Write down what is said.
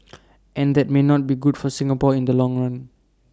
and that may not be good for Singapore in the long run